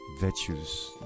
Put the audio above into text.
virtues